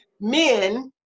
men